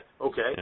Okay